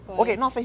why